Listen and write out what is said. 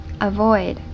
avoid